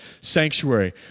sanctuary